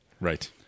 Right